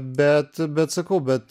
bet bet sakau bet